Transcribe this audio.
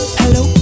hello